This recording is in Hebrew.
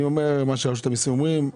אני אומר את מה שרשות המיסים אומרים,